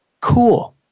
cool